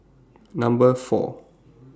Number four